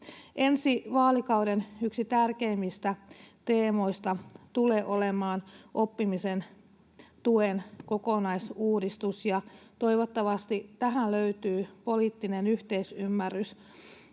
Ensi vaalikauden yksi tärkeimmistä teemoista tulee olemaan oppimisen tuen koko-naisuudistus, ja toivottavasti tähän löytyy poliittinen yhteisymmärrys,